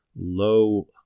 low